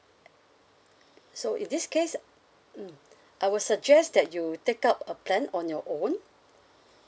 so in this case mm I would suggest that you take up a plan on your own